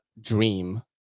Dream